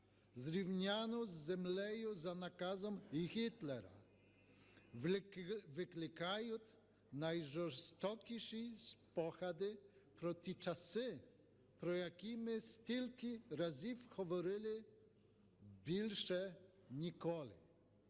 зрівняну з землею за наказом Гітлера, викликають найжорстокіші спогади про ті часи, про які ми стільки разів говорили "більше ніколи".